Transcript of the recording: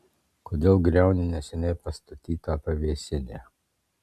kodėl griauni neseniai pastatytą pavėsinę